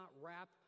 wrap